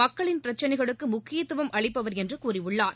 மக்களின் பிரச்சினைகளுக்கு முக்கியத்துவம் அளிப்பவர் என்று கூறியுள்ளார்